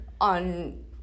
on